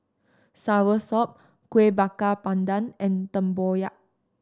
soursop Kueh Bakar Pandan and tempoyak